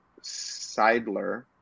Seidler